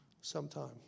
Sometime